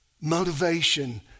motivation